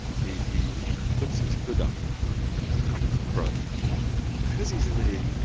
he puts his hood up and becomes the crow. and because he's a really